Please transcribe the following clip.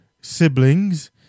siblings